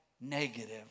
negative